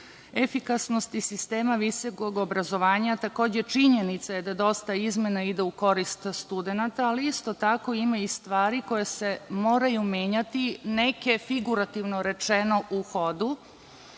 efikasnosti sistema visokog obrazovanja. Takođe činjenica je da dosta izmena ide u korist studenata, ali isto tako ima i stvari koje se moraju menjati, neke figurativno rečeno u hodu,